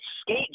Skate